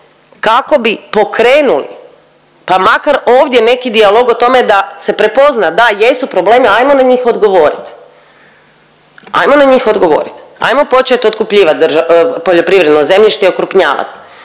kako bi pokrenuli, pa makar ovdje neki dijalog o tome da se prepozna da jesu problemi, ajmo na njih odgovorit, ajmo na njih odgovorit, ajmo počet otkupljivat poljoprivredno zemljište i okrupnjavat,